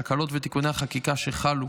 ההקלות ותיקוני החקיקה שחלו